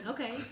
Okay